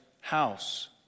house